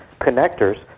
connectors